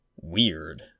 Weird